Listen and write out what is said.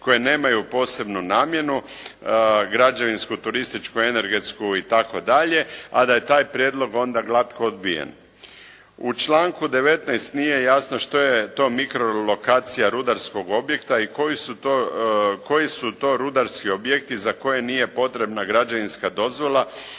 koje nemaju posebnu namjenu, građevinsku, turističku, energetsku itd. a da je taj prijedlog onda glatko odbijen. U članku 19. nije jasno što je to mikro lokacija rudarskog objekta i koji su to rudarski objekti za koje nije potrebna građevinska dozvola